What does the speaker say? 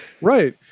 right